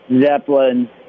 Zeppelin